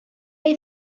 neu